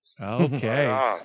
Okay